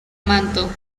manto